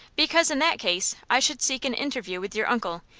because, in that case, i should seek an interview with your uncle,